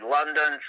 London